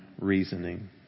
reasoning